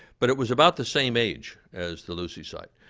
but it was about the same age as the lucy site.